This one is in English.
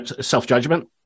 self-judgment